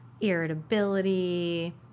irritability